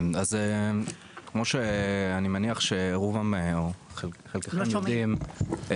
אז כמו שאני מניח שחלקכם יודעים,